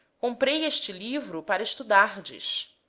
comprei este livro para estudardes,